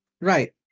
Right